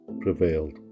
prevailed